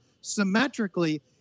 symmetrically